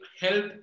help